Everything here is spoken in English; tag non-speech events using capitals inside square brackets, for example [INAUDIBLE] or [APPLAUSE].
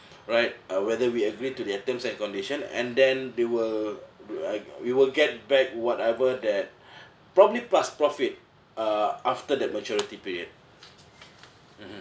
right uh whether we agree to their terms and condition and then they will uh we will get back whatever that [BREATH] probably plus profit uh after that maturity period mmhmm